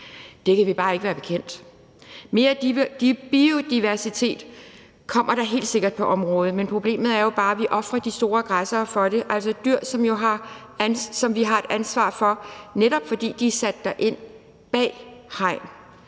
Det kan vi bare ikke være bekendt. Der kommer helt sikkert mere biodiversitet på området, men problemet er jo bare, at vi ofrer de store græssere for at få det. Det er dyr, som vi har et ansvar for, netop fordi de er sat derind bag et